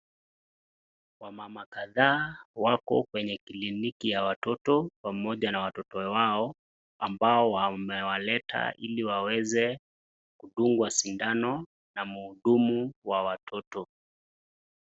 Wamama kadhaa wako kwenye kliniki ya watoto, pamoja na watoto wao ambao wamewaleta ili waweze kudungwa shindano na mhudumu wa watoto.